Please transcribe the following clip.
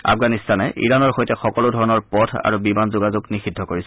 আফগানিস্তানে ইৰানৰ সৈতে সকলোধৰণৰ পথ আৰু বিমান যোগাযোগ নিষিদ্ধ কৰিছে